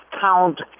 count